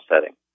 setting